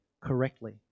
correctly